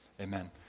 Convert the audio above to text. Amen